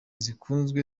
zikunzwe